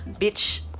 bitch